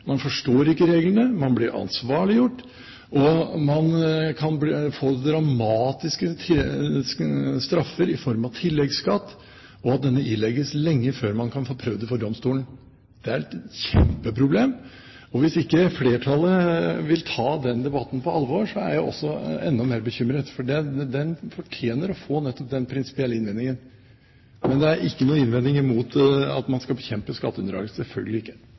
reglene, man blir ansvarliggjort, og man kan få dramatiske straffer i form av tilleggsskatt og ved at denne ilegges lenge før man kan få prøvd det for domstolen. Det er et kjempeproblem. Hvis ikke flertallet vil ta den debatten på alvor, er jeg enda mer bekymret, for den fortjener nettopp å få denne prinsipielle innvendingen. Men det er ikke noen innvending mot at man skal bekjempe skatteunndragelse – selvfølgelig ikke.